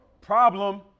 problem